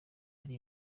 ari